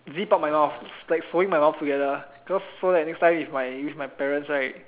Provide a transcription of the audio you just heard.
zip out my mouth like sewing my mouth together cause so that next time with my with my parents right